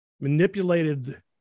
manipulated